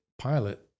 pilot